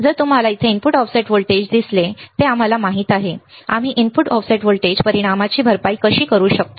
आता जर तुम्हाला इथे इनपुट ऑफसेट व्होल्टेज दिसले जे आम्हाला बरोबर माहित आहे आम्ही इनपुट ऑफसेट व्होल्टेजच्या परिणामाची भरपाई कशी करू शकतो